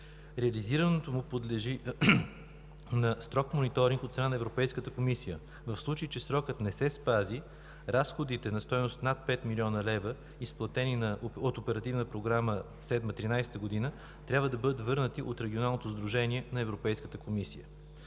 Реализирането му подлежи на строг мониторинг от страна на Европейската комисия. В случай че срокът не се спази, разходите на стойност над 5 млн. лв., изплатени от Оперативна програма 2007 – 2013 г., трябва да бъдат върнати от Регионалното сдружение на Европейската комисия.